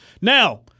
Now